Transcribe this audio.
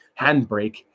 handbrake